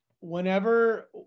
whenever